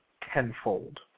tenfold